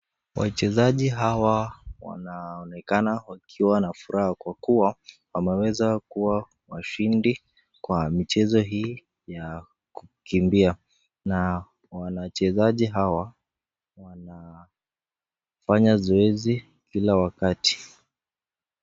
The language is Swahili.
Wachezaji hawa wanaonekana wakiwa na furaha kwa kuwa wameweza kuwa washindi kwa mchezo ya kukimbia na wanachezaji hawa wanfanya zoezi kila wakati.